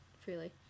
freely